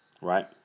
Right